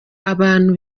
abantu